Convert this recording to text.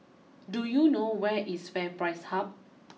do you know where is FairPrice Hub